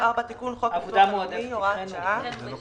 תיקון חוק הביטוח הלאומי הוראת שעה בתקופה שמיום